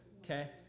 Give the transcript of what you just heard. Okay